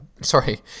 sorry